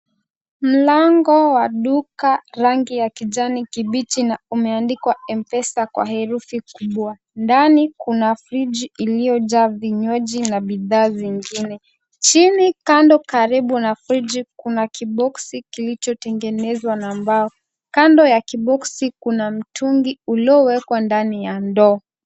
Mlango wa duka, rangi ya kijani kibichi na umeandikwa' MPESA' kwa herufi kubwa .Ndani kuna friji iliyojaa vinywaji na bidhaa zingine. Chini kando karibu na friji, kuna kiboksi kilichotengenezwa na mbao. Kando ya kiboksi, kuna mtungi ulowekwa ndani ya ndoo.